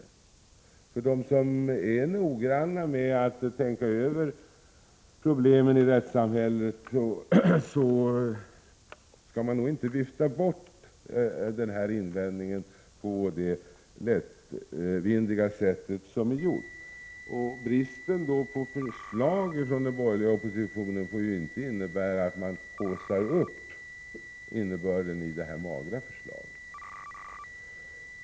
De som noggrant tänker över problemen i rättssamhället vill nog inte att man viftar bort invändningen på det lättvindiga sätt som görs. Bristen på förslag från den borgerliga oppositionen får inte innebära att man haussar upp innebörden i detta magra förslag.